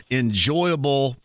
enjoyable